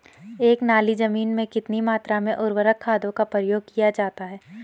एक नाली जमीन में कितनी मात्रा में उर्वरक खादों का प्रयोग किया जाता है?